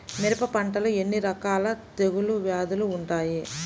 మిరప పంటలో ఎన్ని రకాల తెగులు వ్యాధులు వుంటాయి?